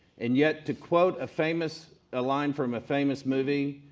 and yet to quote a famous ah line from a famous movie,